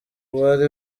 bari